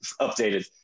updated